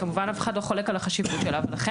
כמובן אף אחד לא חולק על החשיבות שלה ולכן